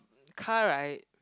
car right